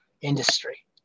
industry